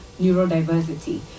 neurodiversity